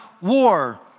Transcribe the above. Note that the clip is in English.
war